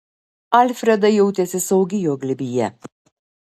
alfreda jautėsi saugi jo glėbyje